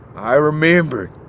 i remember.